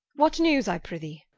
what newes i prethee?